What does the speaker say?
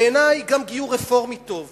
בעיני גם גיור רפורמי טוב,